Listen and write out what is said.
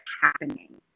happening